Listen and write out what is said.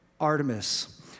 Artemis